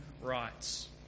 rights